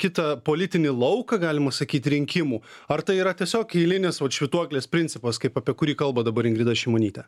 kitą politinį lauką galima sakyt rinkimų ar tai yra tiesiog eilinis vat švytuoklės principas kaip apie kurį kalba dabar ingrida šimonytė